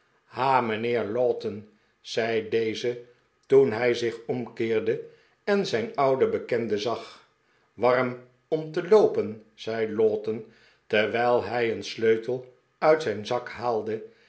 ha mijnheer lowten zei deze toen hij zich omkeerde en zijn ouden bekende zag warm om te loopen zei lowten terwijl hij een sleutel uit zijn zak h'aalde